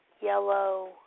yellow